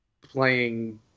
playing